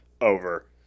over